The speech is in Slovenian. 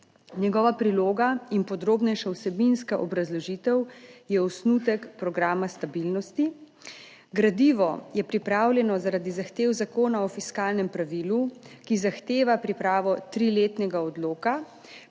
Njegova priloga in podrobnejša vsebinska obrazložitev je osnutek programa stabilnosti. Gradivo je pripravljeno zaradi zahtev Zakona o fiskalnem pravilu, ki zahteva pripravo triletnega odloka,